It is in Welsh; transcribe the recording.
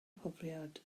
profiad